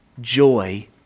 joy